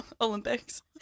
Olympics